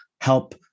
help